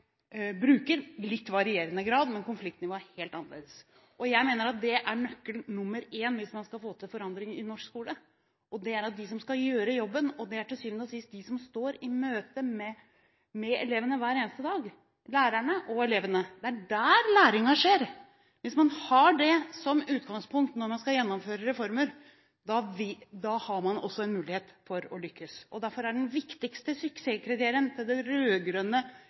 bruker i litt varierende grad, men konfliktnivået er helt annerledes. Jeg mener at nøkkel nr. 1, hvis man skal få til forandring i norsk skole, er de som skal gjøre jobben, lærerne – det er til syvende og sist de som møter elevene hver eneste dag. Det er der læringen skjer. Hvis man har det som utgangspunkt når man skal gjennomføre reformer, har man også en mulighet til å lykkes. Derfor er det viktigste